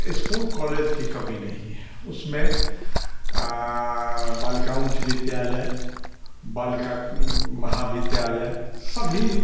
school college की कमी नहीं है उसमें बालिका उच्च विद्यालय बालिका महाविद्यालय सभी